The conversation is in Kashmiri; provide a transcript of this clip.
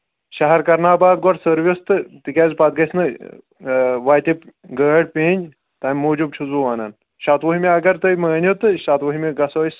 شہر کرناو گۄڈٕ سٔروِس تہٕ تِکیٛازِ پتہٕ گژھِ نہٕ وَتہِ گٲڑۍ پیٚنۍ تَمہِ موٗجوٗب چھُس بہٕ وَنان شَتوُہمہِ اگر تُہۍ مٲنِو تہٕ شَتہٕ وٕہمہِ گژھو أسۍ